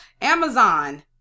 Amazon